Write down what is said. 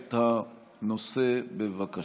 את הנושא, בבקשה.